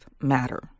matter